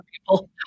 people